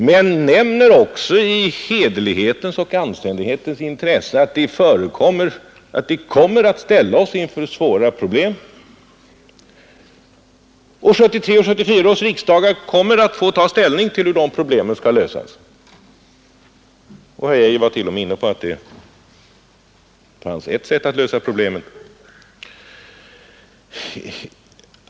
Vi nämner också i hederlighetens och anständighetens intresse att detta kommer att ställa oss inför svåra problem och att 1973 och 1974 års riksdagar kommer att få ta ställning till hur problemen skall lösas. Herr Arne Geijer var t.o.m. inne på ett sätt att lösa problemen.